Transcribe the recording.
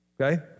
Okay